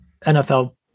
NFL